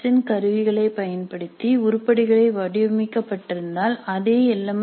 எஸ்ஸின் கருவிகளைப் பயன்படுத்தி உருப்படிகள் வடிவமைக்கப்பட்டிருந்தால் அதே எல்